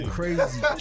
crazy